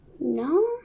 No